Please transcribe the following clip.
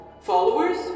followers